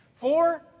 Four